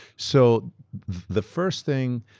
so the first thing,